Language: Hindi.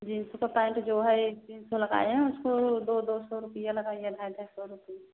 जीन्स का पैंट जो है ये तीन सौ लगाया है उसको दो दो सौ रुपया लगाइए ढाई ढाई सौ रुपये